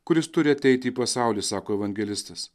kuris turi ateiti į pasaulį sako evangelistas